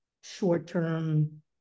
short-term